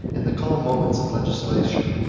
in the calm moments of legislation,